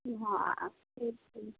हाँ एक ही